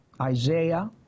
Isaiah